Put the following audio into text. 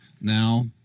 now